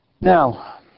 Now